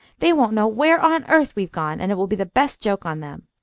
they won't know where on earth we've gone, and it will be the best joke on them.